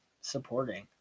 supporting